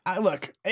Look